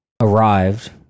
arrived